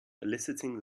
eliciting